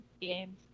games